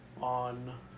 on